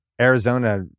Arizona